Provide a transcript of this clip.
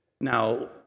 Now